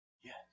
yes